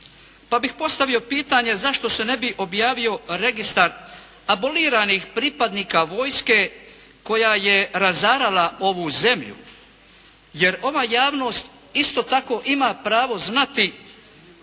Pa bih postavio pitanje zašto se ne bi objavio registar aboliranih pripadnika vojske koja je razarala ovu zemlju, jer ova javnost isto tako ima pravo znati